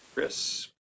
Chris